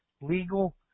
legal